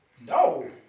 No